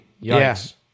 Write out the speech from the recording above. Yes